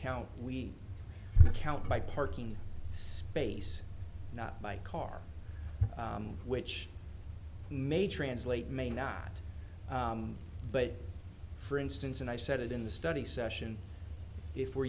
count we count by parking space not by car which may translate may not but for instance and i said it in the study session if we're